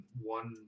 one